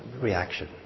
reaction